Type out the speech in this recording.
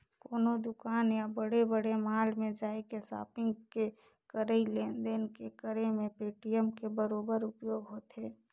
कोनो दुकान या बड़े बड़े मॉल में जायके सापिग के करई लेन देन के करे मे पेटीएम के बरोबर उपयोग होथे